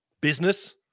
business